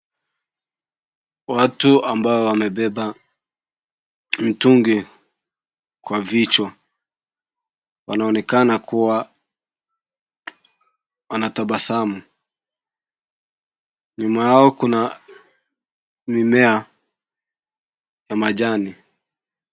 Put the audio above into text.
Watu ambao wamebeba mtungi kwa vichwa, wanaonekana kuwa wanatabasamu. Nyuma yao kuna mimea ya majani.